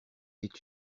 est